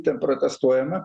ten protestuojama